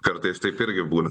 kartais taip irgi būna